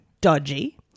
dodgy